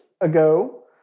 ago